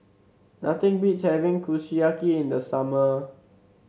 nothing beats having Kushiyaki in the summer